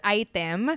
item